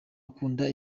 akunda